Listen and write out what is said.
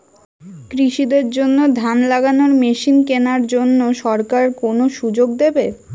কৃষি দের জন্য ধান লাগানোর মেশিন কেনার জন্য সরকার কোন সুযোগ দেবে?